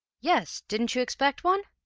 yes didn't you expect one